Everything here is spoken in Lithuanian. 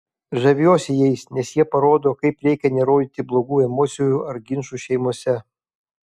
žaviuosi jais nes jie parodo kaip reikia nerodyti blogų emocijų ar ginčų šeimose